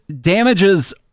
Damages